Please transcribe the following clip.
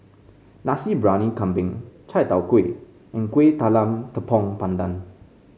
Nasi Briyani Kambing Chai Tow Kuay and Kuih Talam Tepong Pandan